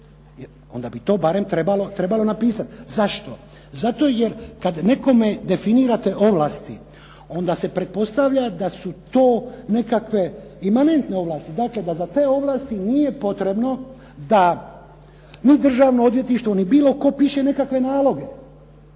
onda bi to barem trebalo napisati. Zašto? Zato jer kad nekome definirate ovlasti, onda se pretpostavlja da su to nekakve imanentne ovlasti, dakle da za te ovlasti nije potrebno da ni Državno odvjetništvo ni bilo tko piše nekakve naloge,